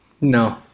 No